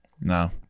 No